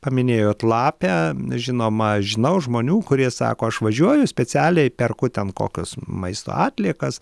paminėjot lapę žinoma aš žinau žmonių kurie sako aš važiuoju specialiai perku ten kokias maisto atliekas